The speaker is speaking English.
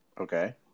Okay